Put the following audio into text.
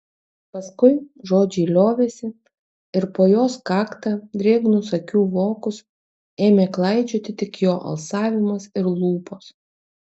paskui žodžiai liovėsi ir po jos kaktą drėgnus akių vokus ėmė klaidžioti tik jo alsavimas ir lūpos